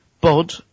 Bod